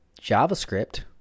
JavaScript